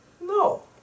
no